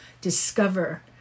discover